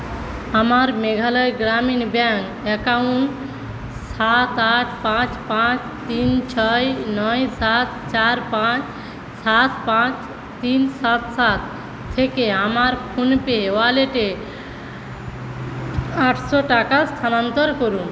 আমার Meghalaya Gramin bank account সাত আট পাঁচ পাঁচ তিন ছয় নয় সাত চার পাঁচ সাত পাঁচ তিন সাত সাত থেকে আমার ফোনপে ওয়ালেটে আটশো টাকা স্থানান্তর করুন